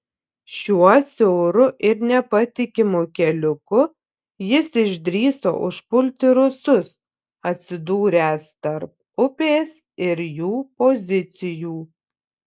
šiuo siauru ir nepatikimu keliuku jis išdrįso užpulti rusus atsidūręs tarp upės ir jų pozicijų